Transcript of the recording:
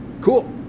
Cool